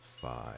five